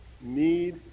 need